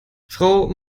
frau